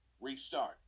restart